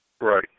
Right